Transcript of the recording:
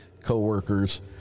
co-workers